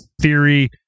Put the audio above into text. theory